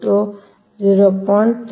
ಆದ್ದರಿಂದ 0